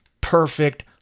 perfect